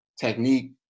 technique